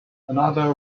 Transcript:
another